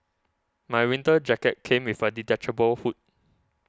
my winter jacket came with a detachable hood